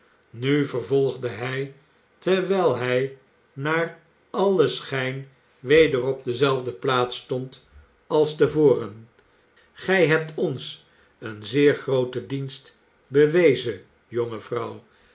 nu vervolgde hij terwijl hij naar allen schijn weder op dezelfde plaats stond als te voren gij hebt ons een zeer groolen dienst bewezen jonge vrouw